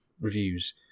reviews